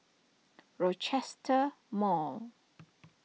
Rochester Mall